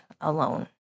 alone